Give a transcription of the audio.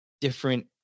different